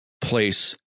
place